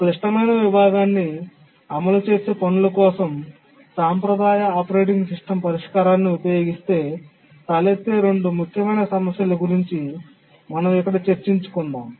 క్లిష్టమైన విభాగాన్ని అమలు చేసే పనుల కోసం సాంప్రదాయ ఆపరేటింగ్ సిస్టమ్ పరిష్కారాన్ని ఉపయోగిస్తే తలెత్తే రెండు ముఖ్యమైన సమస్యలు గురించి మనం ఇక్కడ చర్చించుకుందాం